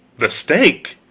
the stake!